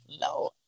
no